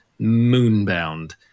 moonbound